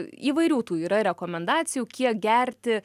įvairių tų yra rekomendacijų kiek gerti